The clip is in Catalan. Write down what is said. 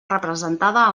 representada